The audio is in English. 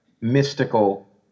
mystical